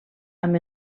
amb